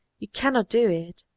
you cannot do it.